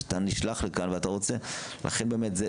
מפני שאתה נשלח לכאן ואתה רוצה אכן באמת,